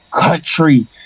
country